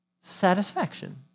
Satisfaction